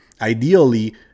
ideally